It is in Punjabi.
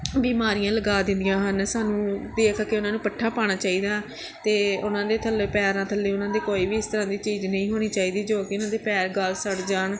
ਬਿਮਾਰੀਆਂ ਲਗਾ ਦਿੰਦੀਆਂ ਹਨ ਸਾਨੂੰ ਦੇਖ ਕੇ ਉਹਨਾਂ ਨੂੰ ਪੱਠਾ ਪਾਉਣਾ ਚਾਹੀਦਾ ਅਤੇ ਉਹਨਾਂ ਦੇ ਥੱਲੇ ਪੈਰਾਂ ਥੱਲੇ ਉਹਨਾਂ ਦੀ ਕੋਈ ਵੀ ਇਸ ਤਰ੍ਹਾਂ ਦੀ ਚੀਜ਼ ਨਹੀਂ ਹੋਣੀ ਚਾਹੀਦੀ ਜੋ ਕਿ ਉਹਨਾਂ ਦੇ ਪੈਰ ਗਲ ਸੜ ਜਾਣ